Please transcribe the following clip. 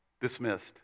dismissed